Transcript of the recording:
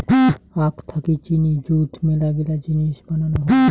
আখ থাকি চিনি যুত মেলাগিলা জিনিস বানানো হই